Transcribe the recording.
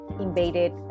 invaded